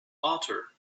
author